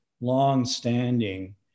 long-standing